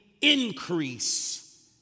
increase